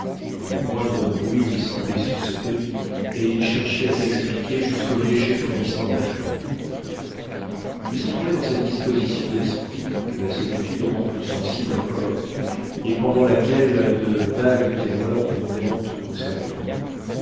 le moindre bruit lui semblait suspect et il cherchait à s'expliquer jusqu'au léger frémissement des feuilles il se trouvait dans cette disposition d'esprit que la solitude rend plus sensible encore et pendant laquelle de vagues terreurs vous montent au cerveau